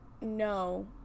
no